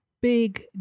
big